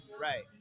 Right